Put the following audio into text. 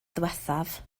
ddiwethaf